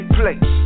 place